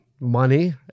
money